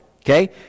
okay